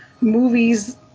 movies